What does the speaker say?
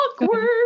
awkward